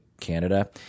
Canada